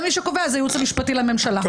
מי שקובע זה הייעוץ המשפטי לממשלה,